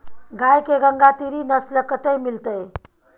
गाय के गंगातीरी नस्ल कतय मिलतै?